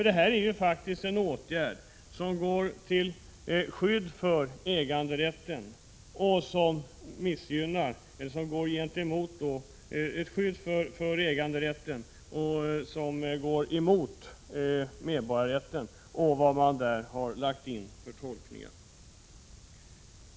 Detta är faktiskt en åtgärd till skydd för äganderätten. Den går emot medborgarrätten och de tolkningar man lägger in i det begreppet.